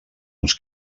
uns